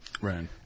Right